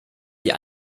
die